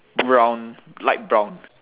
brown light brown